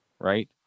right